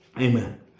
Amen